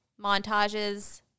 montages